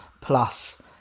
plus